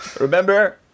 Remember